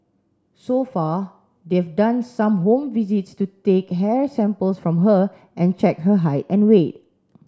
so far they've done some home visits to take hair samples from her and check her height and weight